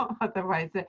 otherwise